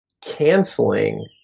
canceling